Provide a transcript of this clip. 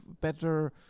better